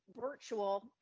virtual